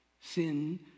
Sin